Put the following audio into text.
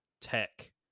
tech